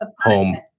Home